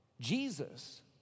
Jesus